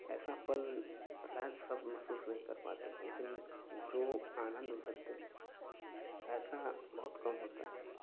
ऐसा पल शायद सब महसूस नहीं कर पाते हैं लेकिन जो आनन्द भरते हैं ऐसा बहुत कम होता है